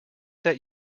that